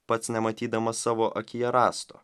pats nematydamas savo akyje rąsto